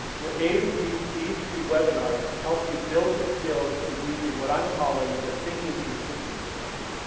we're aiming to use these three webinars to help you build your skills in using what i'm calling the thinking in systems approach.